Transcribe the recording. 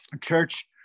church